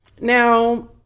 Now